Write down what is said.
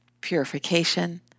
purification